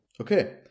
Okay